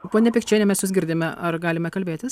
ponia pikčiene mes jus girdime ar galime kalbėtis